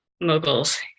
moguls